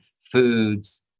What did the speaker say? foods